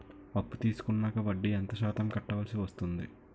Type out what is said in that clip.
అప్పు తీసుకున్నాక వడ్డీ ఎంత శాతం కట్టవల్సి వస్తుంది?